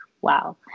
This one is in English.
wow